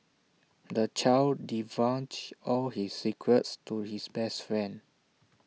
the child divulged all his secrets to his best friend